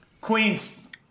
Queens